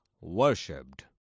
worshipped